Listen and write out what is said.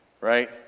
right